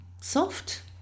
soft